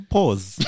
Pause